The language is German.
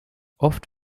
oft